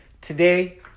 today